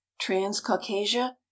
transcaucasia